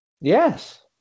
Yes